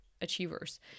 achievers